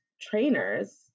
trainers